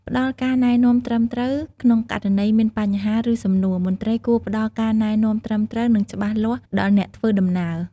ផ្តល់ការណែនាំត្រឹមត្រូវ ក្នុងករណីមានបញ្ហា ឬសំណួរ មន្ត្រីគួរផ្តល់ការណែនាំត្រឹមត្រូវ និងច្បាស់លាស់ដល់អ្នកធ្វើដំណើរ។